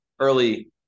early